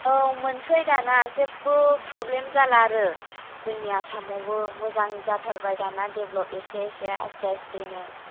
औ मोनसै दाना जेबो प्रब्लेम जाला आरो जोंनि आसामवबो मोजां जाथारबाय दाना देबेलप्द एसे एसे आस्टे आस्टेनो